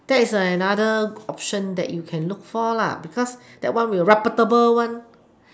that is an another option that you can look for lah because that one the reputable one